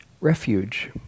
refuge